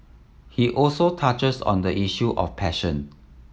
he also touches on the issue of passion